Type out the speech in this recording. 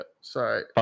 sorry